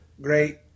great